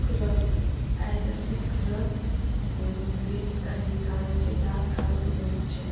scrub आयदनाचें scrub घेवन grease आनी खाणाचें दाग काडून उडोवचे